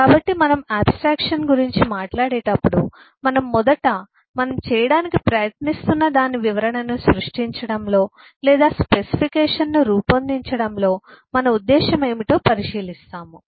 కాబట్టి మనము ఆబ్స్ట్రాక్షన్ గురించి మాట్లాడేటప్పుడు మనము మొదట మనం చేయటానికి ప్రయత్నిస్తున్న దాని వివరణను సృష్టించడంలో లేదా స్పెసిఫికేషన్ను రూపొందించడంలో మన ఉద్దేశ్యం ఏమిటో పరిశీలిస్తాము